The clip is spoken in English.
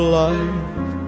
life